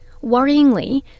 Worryingly